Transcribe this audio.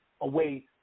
away